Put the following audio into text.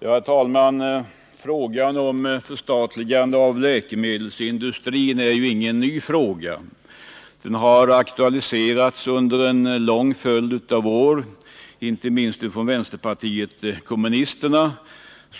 Herr talman! Frågan om förstatligande av läkemedelsindustrin är ju inte ny. Den har aktualiserats under en lång följd av år inte minst från vänsterpartiet kommunisterna.